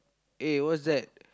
eh what's that